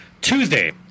Tuesday